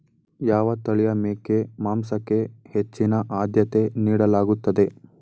ಯಾವ ತಳಿಯ ಮೇಕೆ ಮಾಂಸಕ್ಕೆ ಹೆಚ್ಚಿನ ಆದ್ಯತೆ ನೀಡಲಾಗುತ್ತದೆ?